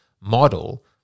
model